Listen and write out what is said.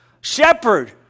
shepherd